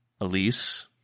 Elise